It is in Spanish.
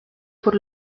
por